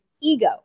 ego